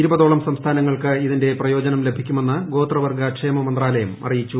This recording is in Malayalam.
ഇരുപതോളം സംസ്ഥാനങ്ങൾക്ക് ഇതിന്റെ പ്രയോജനം ലഭിക്കുമെന്ന് ഗോത്രവർഗ ക്ഷേമ മന്ത്രാലയം അറിയിച്ചു